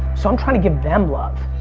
so i'm trying to give them love.